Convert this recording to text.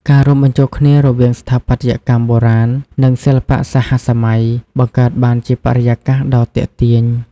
ការរួមបញ្ចូលគ្នារវាងស្ថាបត្យកម្មបុរាណ និងសិល្បៈសហសម័យ បង្កើតបានជាបរិយាកាសដ៏ទាក់ទាញ។